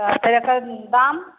तऽ एकर दाम